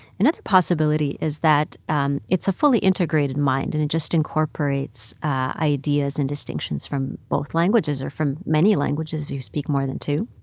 another possibility is that um it's a fully integrated mind, and it just incorporates ideas and distinctions from both languages or from many languages if you speak more than two.